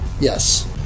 Yes